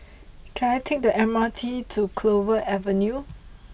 can I take the M R T to Clover Avenue